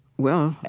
well,